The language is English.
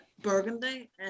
Burgundy